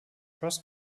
cross